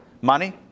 Money